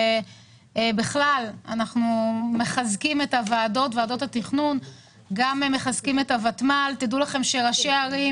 אנחנו מחזקים את ועדות התכנון ואת הותמ"ל תדעו לכם שראשי ערים